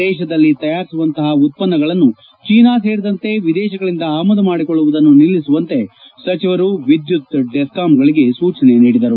ದೇಶದಲ್ಲಿ ತಯಾರಿಸುವಂತಹ ಉತ್ಪನ್ನಗಳನ್ನು ಚೀನಾ ಸೇರಿದಂತೆ ವಿದೇಶಗಳಿಂದ ಆಮದು ಮಾಡಿಕೊಳ್ಳುವುದನ್ನು ನಿಲ್ಲಿಸುವಂತೆ ಸಚಿವರು ವಿದ್ಯುತ್ ಡಿಸಾಂಗಳಿಗೆ ಸೂಚನೆ ನೀಡಿದರು